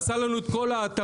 עשה לנו את כל ההתאמות,